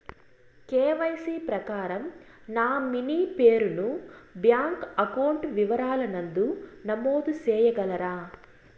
KYC ప్రకారం nominee పేరు ను బ్యాంకు అకౌంట్ వివరాల నందు నమోదు సేయగలరా?